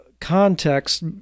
context